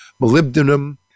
molybdenum